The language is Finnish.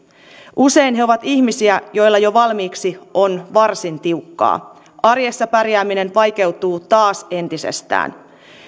usein he ovat ihmisiä joilla jo valmiiksi on varsin tiukkaa arjessa pärjääminen vaikeutuu taas entisestään